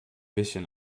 bisschen